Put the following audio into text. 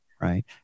right